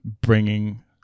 bringing